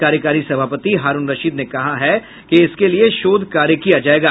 कार्यकारी सभापति हारुण रशीद ने कहा कि इसके लिए शोध कार्य किया जायेगा